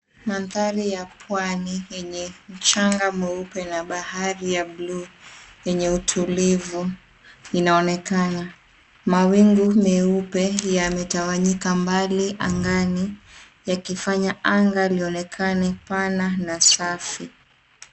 Mandhari ya pwani yenye mchanga mweupe na bahari ya blue yenye utulivu inaonekana. Mawingu meupe yametawanyika mbali angani, yakifanya anga lioneshe pana na safi.